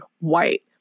white